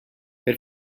per